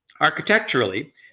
Architecturally